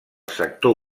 sector